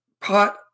Pot